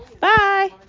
bye